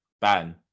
ban